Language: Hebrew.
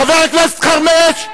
חבר הכנסת חרמש,